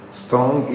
strong